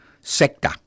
sector